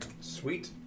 Sweet